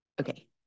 Okay